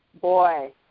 Boy